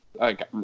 okay